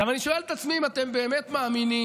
אני שואל את עצמי אם אתם באמת מאמינים